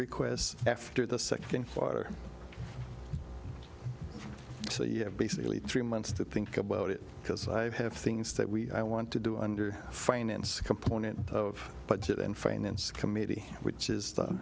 requests after the second farter so you have basically three months to think about it because i have things that we i want to do under finance the component of budget and finance committee which is the